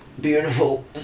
Beautiful